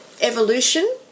evolution